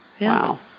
Wow